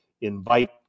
invite